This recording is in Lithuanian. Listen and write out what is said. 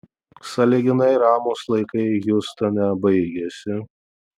sąlyginai ramūs laikai hjustone baigėsi